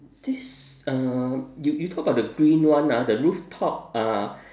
this uh you you talk about the green one ah the rooftop uh